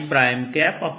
r r